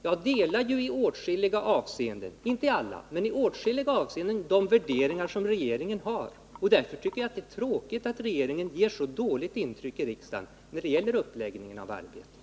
Jag delar i åtskilliga avseenden — om ock inte i alla — de värderingar som regeringen har, och därför tycker jag det är tråkigt att regeringen ger så dåligt intryck i riksdagen när det gäller uppläggningen av arbetet.